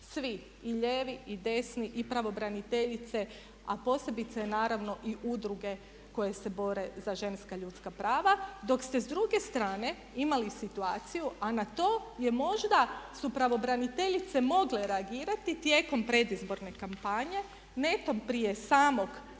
svi i lijevi, i desni, i pravobraniteljice a posebice naravno i udruge koje se bore za ženska ljudska prava. Dok ste s druge strane imali situaciju a na to je možda su pravobraniteljice mogle reagirati tijekom predizborne kampanje netom prije samog